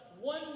one